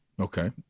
Okay